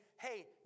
hey